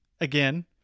again